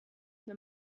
wenn